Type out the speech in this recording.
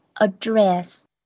Address